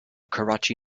karachi